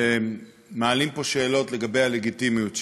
ומעלים פה שאלות לגבי הלגיטימיות שלהן.